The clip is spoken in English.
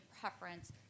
preference